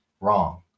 Wrong